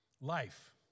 Life